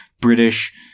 British